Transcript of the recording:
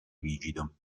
rigido